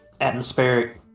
atmospheric